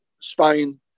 Spain